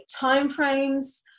timeframes